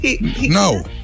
No